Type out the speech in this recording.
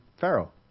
Pharaoh